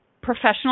professional